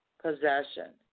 possession